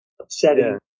upsetting